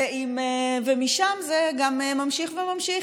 ומשם זה גם ממשיך וממשיך.